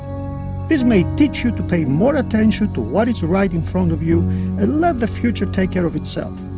this may teach you to pay more attention to what is right in front of you and let the future take care of itself.